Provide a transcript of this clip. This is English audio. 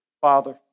father